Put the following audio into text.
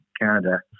Canada